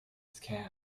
scams